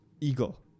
Eagle